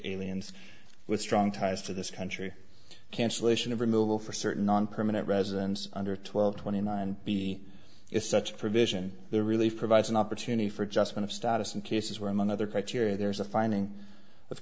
aliens with strong ties to this country cancellation of removal for certain non permanent residence under twelve twenty nine b if such provision the relief provides an opportunity for just one of status in cases where among other criteria there is a finding